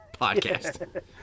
podcast